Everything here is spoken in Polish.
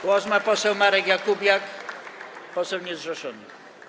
Głos ma poseł Marek Jakubiak, poseł niezrzeszony.